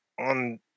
on